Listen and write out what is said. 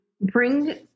bring